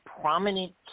prominent